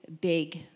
big